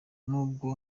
nubwo